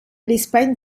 l’espagne